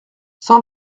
cent